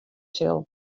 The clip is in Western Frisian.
sil